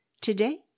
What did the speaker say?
Today